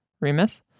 Remus